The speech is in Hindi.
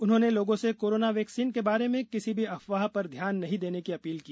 उन्होंने लोगों से कोरोना वैक्सीन के बारे में किसी भी अफवाह पर ध्यान नहीं देने की अपील की